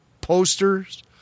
posters